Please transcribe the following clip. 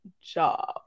Job